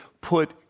put